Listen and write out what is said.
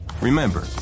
Remember